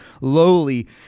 lowly